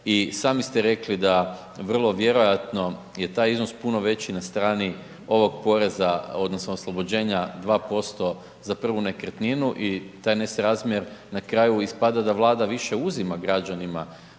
i sami ste rekli da vrlo vjerojatno je taj iznos puno veći na strani ovog poreza odnosno oslobođenja 2% za prvu nekretninu i taj nesrazmjer na kraju ispada da Vlada više uzima građanima